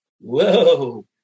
whoa